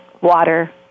water